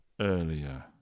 earlier